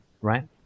right